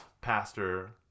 Pastor